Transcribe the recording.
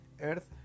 earth